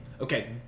Okay